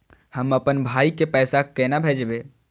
हम आपन भाई के पैसा केना भेजबे?